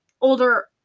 Older